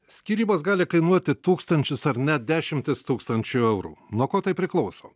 skyrybos gali kainuoti tūkstančius ar net dešimtis tūkstančių eurų nuo ko tai priklauso